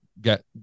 get